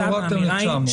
אז הורדתם ל-900.